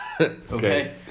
Okay